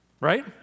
Right